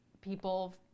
people